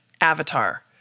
avatar